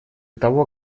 того